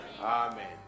Amen